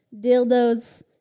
Dildos